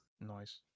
nice